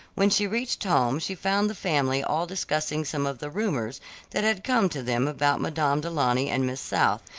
when she reached home she found the family all discussing some of the rumors that had come to them about madame du launy and miss south,